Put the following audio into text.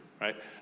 right